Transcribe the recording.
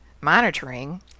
monitoring